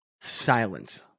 Silence